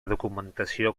documentació